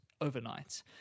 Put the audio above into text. overnight